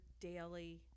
daily